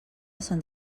sant